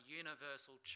universal